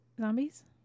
Zombies